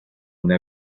una